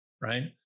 Right